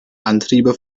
antriebe